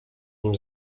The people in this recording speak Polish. nim